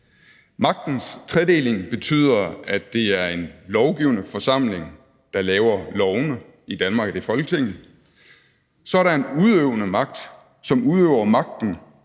Magtens tredeling betyder, at det er en lovgivende forsamling, der laver lovene – i Danmark er det Folketinget. Så er der en udøvende magt, som udøver magten